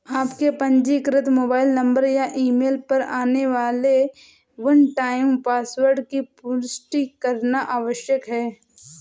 आपके पंजीकृत mobile number या ईमेल पर आने वाले वन टाइम पासवर्ड की पुष्टि करना आवश्यक है